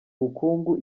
bukungu